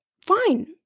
fine